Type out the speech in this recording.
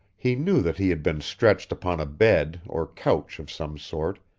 he knew that he had been stretched upon a bed or couch of some sort,